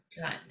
done